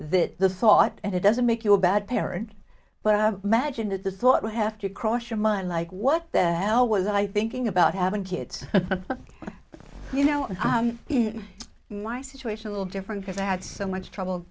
that the thought and it doesn't make you a bad parent but i imagine that the thought you have to cross your mind like what the hell was i thinking about having kids you know i'm in my situation a little different because i had so much trouble